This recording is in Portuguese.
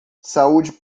saúde